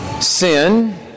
Sin